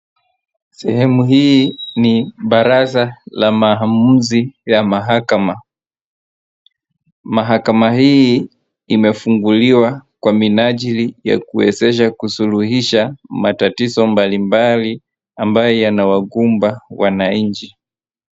Sehemu hii ni baraza la mahamuzi ya mahakama. Mahakama hii imefunguliwa, kwa minajili ya kuwezesha kusuluhisha matatizo mbalimbali ambaye yanawakumba wananchi.